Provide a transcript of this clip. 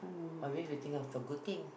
are we waiting of the good thing